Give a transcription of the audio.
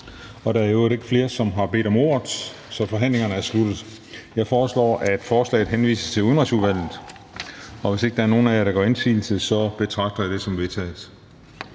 Da der i øvrigt ikke er flere, som har bedt om ordet, er forhandlingen slut. Jeg foreslår, at forslaget henvises til Udenrigsudvalget. Hvis ingen af jer gør indsigelse, betragter jeg det som vedtaget.